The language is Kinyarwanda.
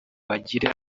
bagire